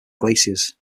glaciers